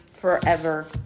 forever